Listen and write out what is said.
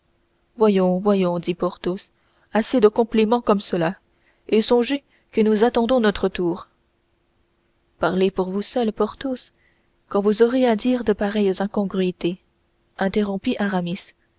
voyons voyons dit porthos assez de compliments comme cela et songez que nous attendons notre tour parlez pour vous seul porthos quand vous aurez à dire de pareilles incongruités interrompit aramis quant à